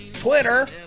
Twitter